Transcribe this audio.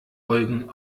eugen